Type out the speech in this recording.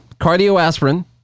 cardioaspirin